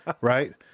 Right